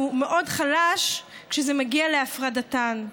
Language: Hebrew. שהוא מאוד חלש כשזה מגיע להפרדתם.